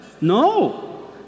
No